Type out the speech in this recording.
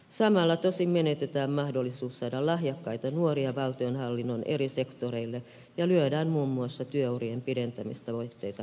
samalla tosin menetetään mahdollisuus saada lahjakkaita nuoria valtionhallinnon eri sektoreille ja lyödään muun muassa työurien pidentämistavoitteita korville